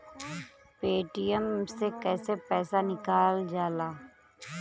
Paytm से कैसे पैसा निकलल जाला?